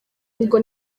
ubwo